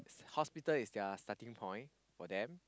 hospital is their starting point for them